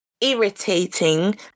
irritating